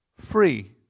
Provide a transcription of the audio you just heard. Free